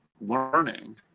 learning